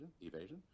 evasion